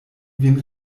vin